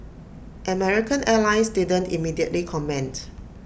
American airlines didn't immediately comment